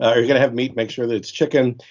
you're going to have meat, make sure that it's chicken.